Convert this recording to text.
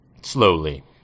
slowly